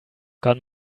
kann